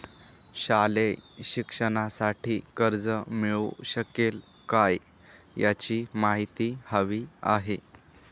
शालेय शिक्षणासाठी कर्ज मिळू शकेल काय? याची माहिती हवी आहे